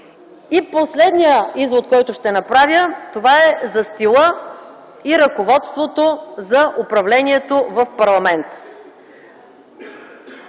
Последният извод, който ще направя, е за стила и ръководството, за управлението в парламента.